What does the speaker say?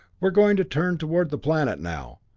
we're going to turn toward the planet now!